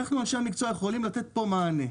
אנחנו אנשי המקצוע יכולים לתת פה מענה.